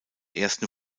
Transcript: ersten